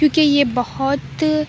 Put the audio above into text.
کیونکہ یہ بہت